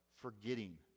forgetting